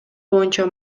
боюнча